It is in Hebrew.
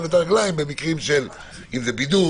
ואת הרגליים במקרים של - אם זה בידוד,